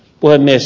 puhemies